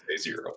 zero